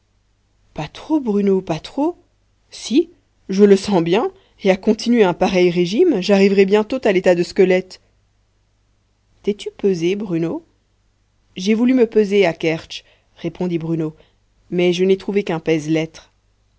pas trop bruno pas trop si je le sens bien et à continuer un pareil régime j'arriverai bientôt à l'état de squelette t'es-tu pesé bruno j'ai voulu me peser à kertsch répondit bruno mais je n'ai trouvé qu'un